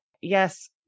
Yes